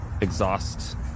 exhaust